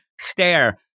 stare